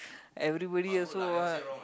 everybody also what